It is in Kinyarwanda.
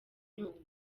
nyungwe